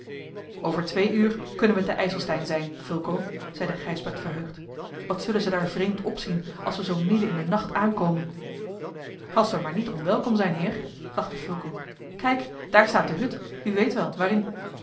over twee uur kunnen we te ijselstein zijn fulco zeide gijsbrecht verheugd wat zullen ze daar vreemd opzien als we zoo midden in den nacht aankomen als we maar niet onwelkom zijn heer lachte fulco kijk daar staat de hut u weet wel waarin